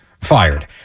fired